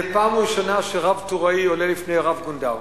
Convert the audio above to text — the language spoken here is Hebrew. זה פעם ראשונה שרב-טוראי עולה לפני רב-גונדר.